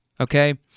okay